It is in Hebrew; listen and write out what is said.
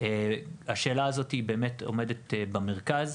השאלה הזאת עומדת במרכז.